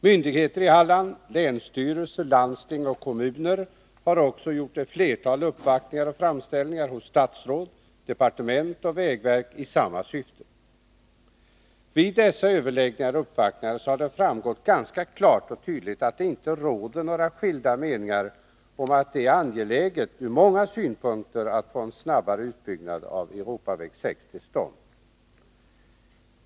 Myndigheter i Halland, länsstyrelse, landsting och kommuner har också gjort ett flertal uppvaktningar och framställningar hos statsråd, departement och vägverk i samma syfte. Vid dessa överläggningar har det framgått ganska tydligt att det inte råder några skilda meningar om att det är angeläget ur många synpunkter att få en snabbare utbyggnad av E 6 till stånd.